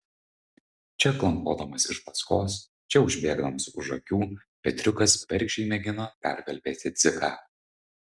čia klampodamas iš paskos čia užbėgdamas už akių petriukas bergždžiai mėgino perkalbėti dziką